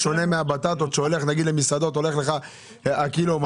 בשונה מהבטטות שהולך נגיד למסעדות ה-1.2 קילו.